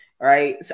right